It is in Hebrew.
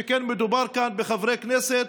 שכן מדובר כאן בחברי כנסת,